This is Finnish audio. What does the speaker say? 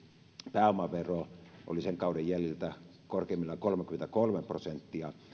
pääomavero oli sen kauden jäljiltä korkeimmillaan kolmekymmentäkolme prosenttia